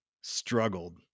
struggled